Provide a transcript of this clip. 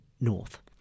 north